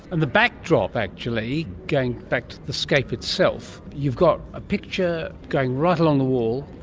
and the backdrop actually, going back to the scape itself, you've got a picture going right along the wall,